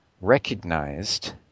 recognized